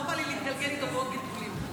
לא בא להתגלגל איתו בעוד גלגולים.